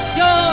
yo